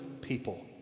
people